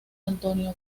antonio